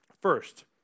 First